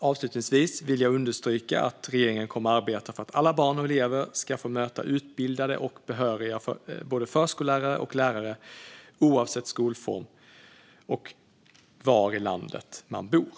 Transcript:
Avslutningsvis vill jag understryka att regeringen kommer att arbeta för att alla barn och elever ska få möta utbildade och behöriga förskollärare och lärare, oavsett skolform och var i landet man bor.